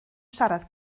siarad